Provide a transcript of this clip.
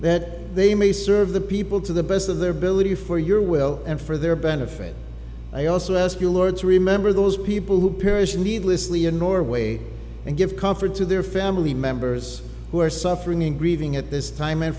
that they may serve the people to the best of their ability for your will and for their benefit i also ask you lourdes remember those people who perished needlessly in norway and give comfort to their family members who are suffering grieving at this time